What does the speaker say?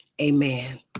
amen